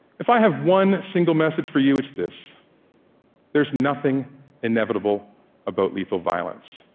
if i have one single message for you, it's this there is nothing inevitable about lethal violence,